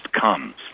comes